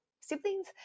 Siblings